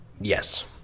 Yes